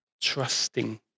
trusting